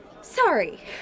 Sorry